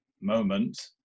moment